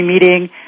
meeting